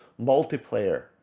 multiplayer